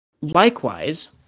likewise